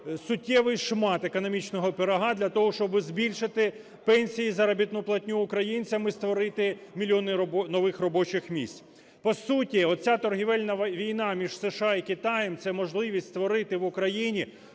суттєвий шмат економічного пирога, для того, щоб збільшити пенсії і заробітну платню українцям і створити мільйони нових робочих місць. По суті оця торгівельна війна між США і Китаєм, це можливість створити в Україні